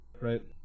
right